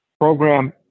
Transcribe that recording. program